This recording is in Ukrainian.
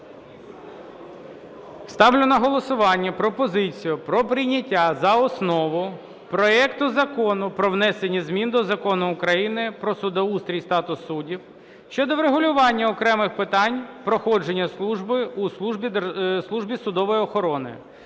Ставлю на голосування пропозицію про прийняття за основу проекту Закону про внесення змін до Закону України "Про судоустрій і статус суддів" щодо врегулювання окремих питань проходження служби у Службі судової охорони